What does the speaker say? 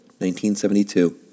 1972